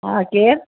हा केरु